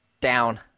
down